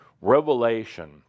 revelation